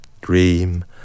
dream